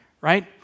right